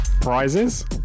prizes